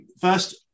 First